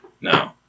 No